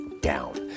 down